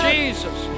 Jesus